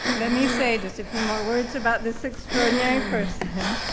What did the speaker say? let me say just a few more words about this extraordinary person.